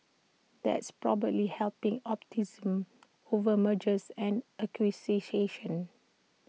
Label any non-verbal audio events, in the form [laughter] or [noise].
that's probably helping [unintelligible] over mergers and [unintelligible]